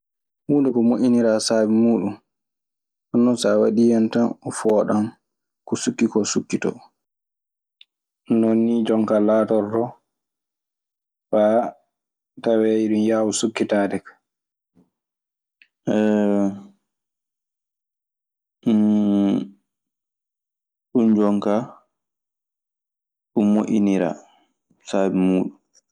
Huunde ko moƴƴinira saabi muuɗum. Sa a waɗii hen tan oo fooɗan ko sukki ko sukkitoo. Non nii jon kaa laatortoo faa tawee iɗun yaawa sukkitaade ka. Ɗun jonkaa ɗun moƴƴiniraa saabi muuɗun.